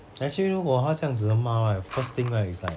actually 如果她这样子地骂 right the first thing right is like